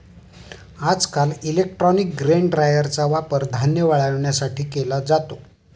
आजकाल electronic grain ड्रायरचा वापर धान्य वाळवण्यासाठी केला जातो